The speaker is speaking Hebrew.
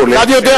כולל,